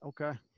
Okay